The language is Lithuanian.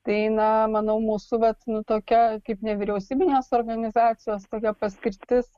tai na manau mūsų vat nu tokia kaip nevyriausybinės organizacijos tokia paskirtis